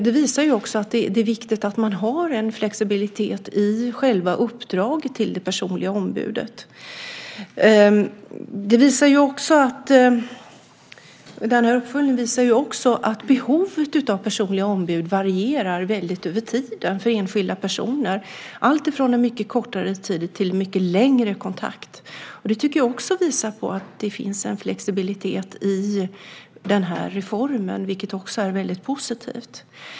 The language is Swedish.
Det visar också att det är viktigt att man har en flexibilitet i själva uppdraget till det personliga ombudet. Uppföljningen visar också att behovet av personliga ombud varierar väldigt över tiden för enskilda personer, alltifrån en mycket kort tid till en mycket lång kontakt. Det tycker jag också visar på att det finns en flexibilitet i den här reformen, vilket också är väldigt positivt.